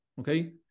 Okay